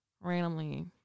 randomly